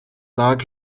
tak